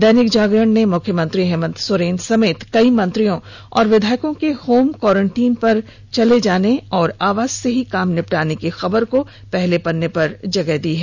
दैनिक जागरण ने मुख्यमंत्री हेमंत सोरेन समेत कई मंत्रियों और विधायकों के होम क्वांरटाइन होने और आवास से ही काम निपटाने की खबर को भी पहले पन्ने पर जगह दी है